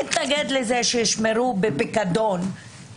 אני אתנגד לזה שישמרו בפיקדון